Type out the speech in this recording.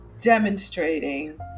demonstrating